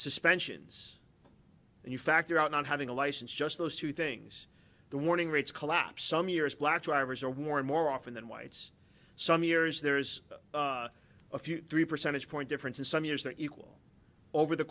suspensions and you factor out not having a license just those two things the warning rates collapse some years black drivers are war and more often than whites some years there's a few three percentage point difference in some years that equal over the